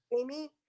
Amy